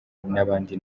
n’abandi